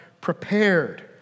prepared